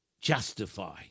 justify